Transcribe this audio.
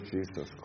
Jesus